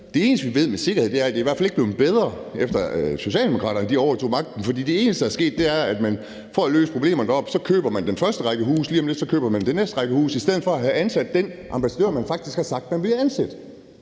Det eneste, vi ved med sikkerhed, er, at det i hvert fald ikke er blevet bedre, efter at Socialdemokraterne overtog magten, for det eneste, der er sket, er, at man for at løse problemerne dernede køber den første række huse og lige om lidt køber den næste række huse i stedet for at få ansat den ambassadør, man faktisk havde sagt man ville ansætte.